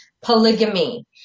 polygamy